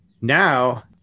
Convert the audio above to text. now